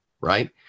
right